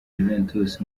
juventus